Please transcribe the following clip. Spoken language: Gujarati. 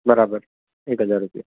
બરાબર એક હજાર રૂપિયા